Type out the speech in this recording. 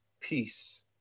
peace